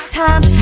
time